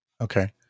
Okay